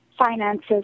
finances